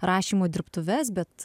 rašymo dirbtuves bet